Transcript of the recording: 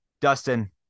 Dustin